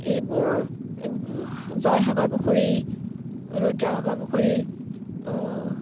এইবোৰ জয়সাগৰ পুখুৰী ৰুদ্ৰসাগৰ পুখুৰী